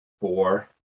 Four